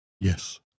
Yes